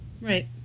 Right